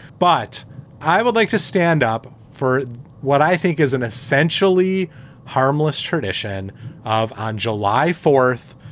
but i would like to stand up for what i think is an essentially harmless tradition of. on july fourth,